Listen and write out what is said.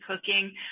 cooking